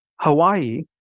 Hawaii